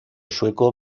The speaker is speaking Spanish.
sueco